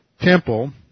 temple